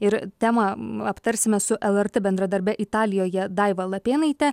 ir temą aptarsime su lrt bendradarbe italijoje daiva lapėnaite